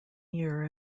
year